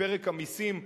מפרק המסים,